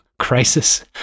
crisis